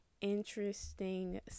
interesting